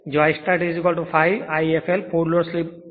જ્યાં I start5 I fl full load slip 0